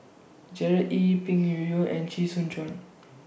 Gerard Ee Peng Yuyun and Chee Soon Juan